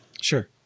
Sure